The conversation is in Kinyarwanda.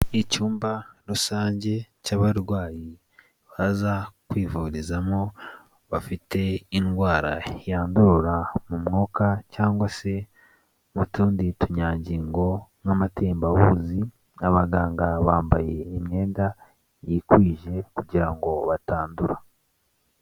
Icyumba rusange cy'abarwayi baza kwivurizamo bafite indwara yandurira mu mwuka cyangwa se mutundi tunyangingo n'amatembabuzi, abaganga bambaye imyenda yikwije kugira ngo batandura.